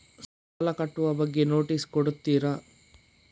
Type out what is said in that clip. ಸಾಲ ಕಟ್ಟುವ ಬಗ್ಗೆ ನೋಟಿಸ್ ಕೊಡುತ್ತೀರ?